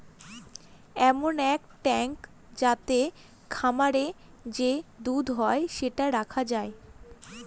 এমন এক ট্যাঙ্ক যাতে খামারে যে দুধ হয় সেটা রাখা যায়